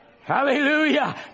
Hallelujah